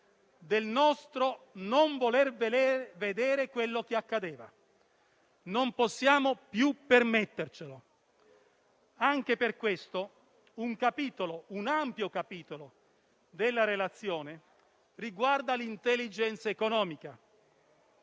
del nostro non voler vedere quello che accadeva. Non possiamo più permettercelo. Anche per questo un ampio capitolo della relazione riguarda l'*intelligence* economica,